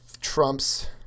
Trump's